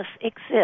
exist